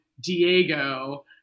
Diego